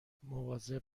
مواظب